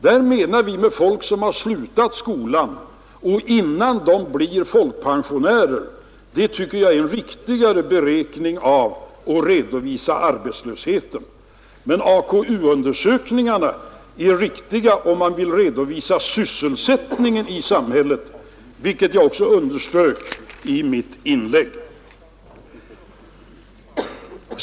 Då vi talar om arbetslösa avser vi folk som har slutat skolan och inte hunnit bli folkpensionärer. Det tycker jag är ett riktigare sätt att redovisa arbetslösheten. Men AK-undersökningarna är riktiga om man vill redovisa sysselsättningen i samhället, vilket jag också underströk i mitt tidigare inlägg.